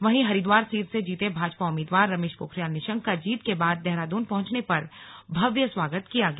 वहीं हरिद्वार सीट से जीते भाजपा उम्मीदवार रमेश पोखरियाल निशंक का जीत के बाद देहरादून पहंचने पर भव्य स्वागत किया गया